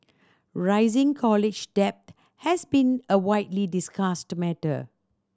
rising college debt has been a widely discussed matter